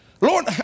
Lord